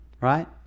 Right